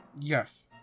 Yes